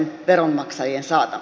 onneksi on